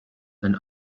and